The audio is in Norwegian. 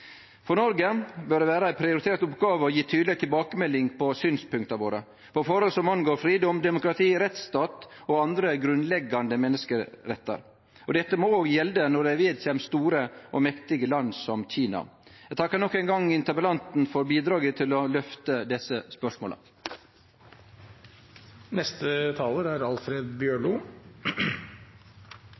For Noreg bør det vere ei prioritert oppgåve å gje tydeleg tilbakemelding om synspunkta våre på forhold som angår fridom, demokrati, rettsstat og andre grunnleggjande menneskerettar. Dette må òg gjelde når det vedkjem store og mektige land som Kina. Eg takkar nok ein gong interpellanten for bidraget til å løfte desse